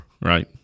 right